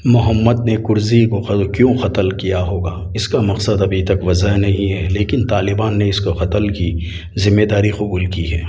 محمد نے کرزئی کو کل کیوں قتل کیا ہوگا اس کا مقصد ابھی تک واضح نہیں ہے لیکن طالبان نے اس کو قتل کی ذمہ داری قبول کی ہے